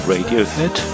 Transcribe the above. Radiohead